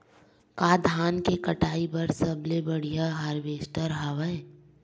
का धान के कटाई बर सबले बढ़िया हारवेस्टर हवय?